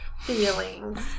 Feelings